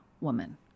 woman